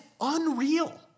unreal